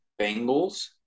Bengals